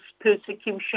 persecution